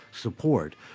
support